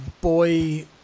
boy